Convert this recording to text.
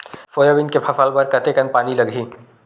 Soybean के फसल बर कतेक कन पानी लगही?